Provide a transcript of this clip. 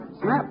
Snap